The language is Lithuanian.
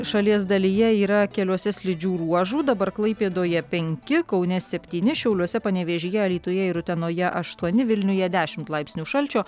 šalies dalyje yra keliuose slidžių ruožų dabar klaipėdoje penki kaune septyni šiauliuose panevėžyje alytuje ir utenoje aštuoni vilniuje dešimt laipsnių šalčio